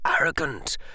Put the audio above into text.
arrogant